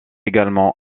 également